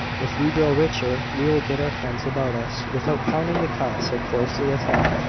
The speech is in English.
if we grow richer, we will get our friends about us, without counting the cost so closely as that.